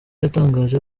yatangaje